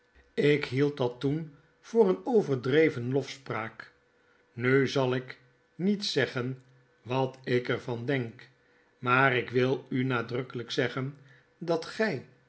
ik hield dat toen voor een overdreven lofspraak nu zal ik niet zeggen wat ik er van denk maar ik wil u nadrukkelyk zeggen dat gy